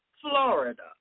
Florida